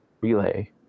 relay